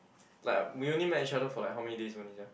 like we only met each other for like how many days only sia